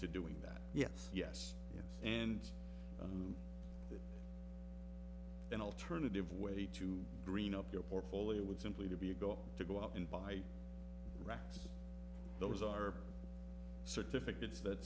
to doing that yes yes yes and an alternative way to green up your portfolio would simply be a go to go out and buy racks those are certificates that